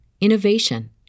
innovation